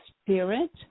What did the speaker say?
spirit